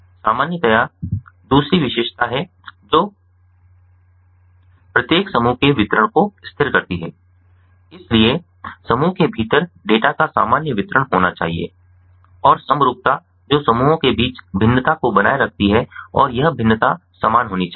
सामान्यता दूसरी विशेषता है जो प्रत्येक समूह के वितरण को स्थिर करती है इसलिए समूह के भीतर डेटा का सामान्य वितरण होना चाहिए और समरूपता जो समूहों के बीच भिन्नता को बनाए रखती है और यह भिन्नता समान होनी चाहिए